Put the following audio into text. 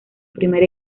primer